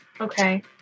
Okay